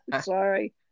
Sorry